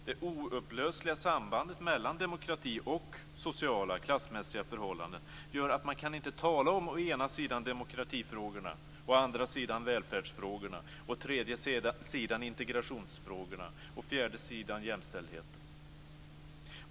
Det oupplösliga sambandet mellan demokrati och sociala klassmässiga förhållanden gör att man inte kan tala om å ena sidan demokratifrågorna, å andra sidan välfärdsfrågorna, å tredje sidan integrationsfrågorna, å fjärde sidan jämställdheten.